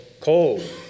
cold